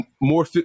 more –